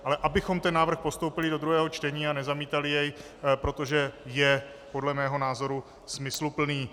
Ale abychom ten návrh postoupili do druhého čtení a nezamítali jej, protože je podle mého názoru smysluplný.